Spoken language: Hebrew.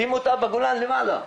שים אותה בגולן למעלה,